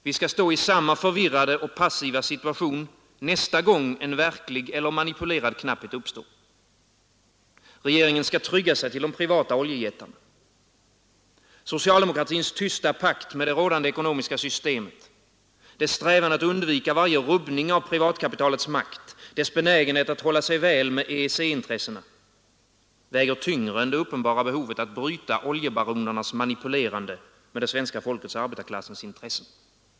Vi skall stå i samma förvirrade och passiva situation nästa gång en verklig eller manipulerad knapphet uppstår. Regeringen skall trygga sig till de privata oljejättarna. Socialdemokratins tysta pakt med det rådande ekonomiska systemet, dess strävan att undvika varje rubbning av privatkapitalets makt, dess benägenhet att hålla sig väl med EG-intressena väger tyngre än det uppenbara behovet att bryta oljebaronernas manipulerande med det svenska folkets och arbetarklassens intressen.